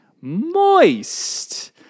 Moist